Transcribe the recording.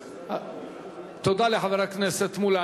תודה לחבר הכנסת מולה.